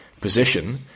position